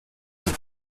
und